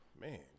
Man